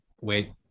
wait